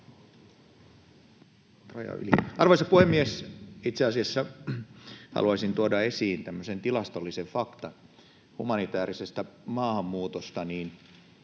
Arvoisa puhemies! Itse asiassa haluaisin tuoda esiin tämmöisen tilastollisen faktan humanitäärisestä maahanmuutosta,